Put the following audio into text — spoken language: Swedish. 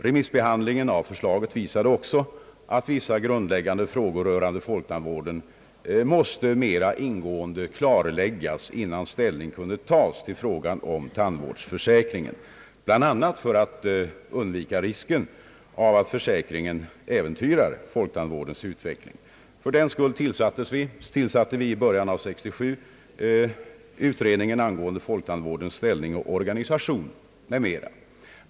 Remissbehandlingen av förslaget visade också att vissa grundläggande frågor rörande folktandvården måste mer ingående klarläggas innan ställning kunde tas till frågan om tandvårdsförsäkring, bl.a. för att undvika risken av att försäkringen äventyrar folktandvårdens utveckling. Fördenskull tillsatte vi i början av 1967 utredningen angående folktandvårdens ställning och organisation m.m.